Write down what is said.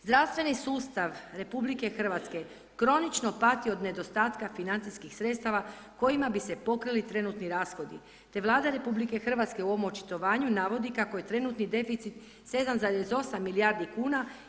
Zdravstveni sustav RH kronično pati od nedostatka financijskih sredstava kojima bi se pokrili trenutni rashodi, te Vlada RH u ovom očitovanju navodi kako je trenutni deficit 7,8 milijardi kuna.